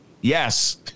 yes